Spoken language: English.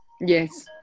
yes